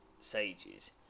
sages